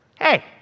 Hey